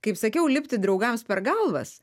kaip sakiau lipti draugams per galvas